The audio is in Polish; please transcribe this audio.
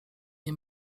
nie